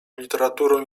literaturą